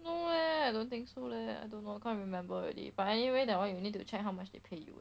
no leh I don't think so leh I don't know can't remember already but anyway that one you need to check how much they pay you